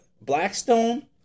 Blackstone